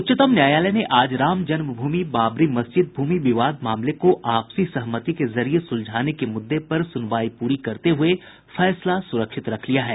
उच्चतम न्यायालय ने आज राम जन्म भूमि बाबरी मस्जिद भूमि विवाद मामले को आपसी सहमति के जरिए सुलझाने के मुद्दे पर सुनवाई पूरी करते हुए फैसला सुरक्षित रख लिया है